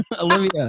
Olivia